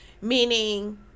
meaning